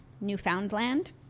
Newfoundland